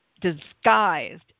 disguised